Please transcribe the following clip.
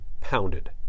pounded